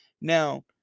Now